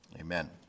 Amen